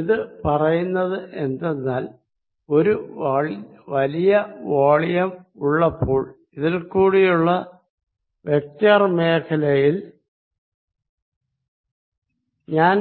ഇത് പറയുന്നത് എന്തെന്നാൽ ഒരു വലിയ വോളിയം ഉള്ളപ്പോൾ ഇതിൽ കൂടിയുള്ള വെക്റ്റർ മേഖലയിൽ ഞാൻ